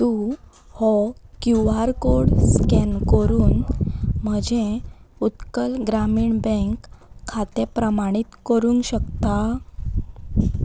तूं हो Q R code scan करून म्हजें उत्कल ग्रामीण बँक खातें प्रमाणीत करूंक शकता